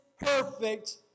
perfect